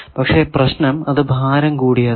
പക്ഷെ പ്രശ്നം അത് ഭാരം കൂടിയതാണ്